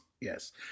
yes